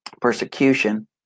persecution